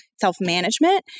self-management